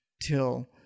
till